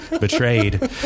betrayed